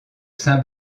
saint